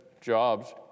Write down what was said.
jobs